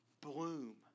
bloom